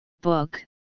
book